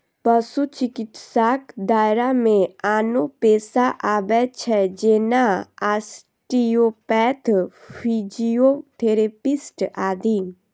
पशु चिकित्साक दायरा मे आनो पेशा आबै छै, जेना आस्टियोपैथ, फिजियोथेरेपिस्ट आदि